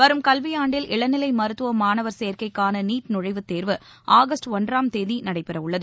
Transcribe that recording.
வரும் கல்வியாண்டில் இளநிலை மருத்துவ மாணவர் சேர்க்கைக்காள நீட் நுழழவு தேர்வு ஆகஸ்ட் ஒன்றாம் தேதி நடைபெறவுள்ளது